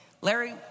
Larry